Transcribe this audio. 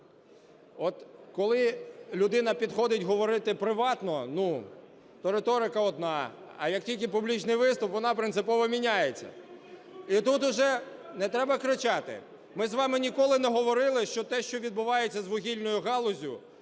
От коли людина підходить говорити приватно, ну, то риторика одна, а як тільки публічний виступ – вона принципово міняється. І тут уже... Не треба кричати. Ми з вами ніколи не говорили, що те, що відбувається з вугільною галуззю,